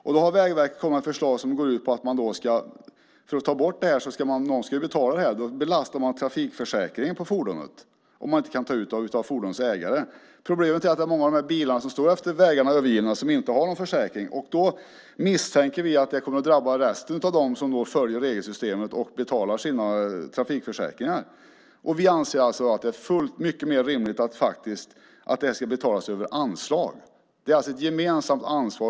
För att man ska få bort dessa måste någon betala, och då har Vägverket kommit med ett förslag som går ut på att man belastar trafikförsäkringen på fordonet om man inte kan ta ut det av fordonets ägare. Problemet är att många av de här bilarna som står övergivna efter vägen inte har någon försäkring. Vi misstänker att det kommer att drabba dem som följer regelsystemet och betalar sina trafikförsäkringar. Vi anser alltså att det är mycket mer rimligt att det här ska betalas över anslag. Det är alltså ett gemensamt ansvar.